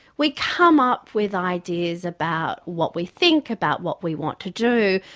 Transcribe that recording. we come up with ideas about what we think, about what we want to do.